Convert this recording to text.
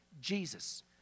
Jesus